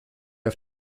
auf